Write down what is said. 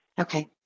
Okay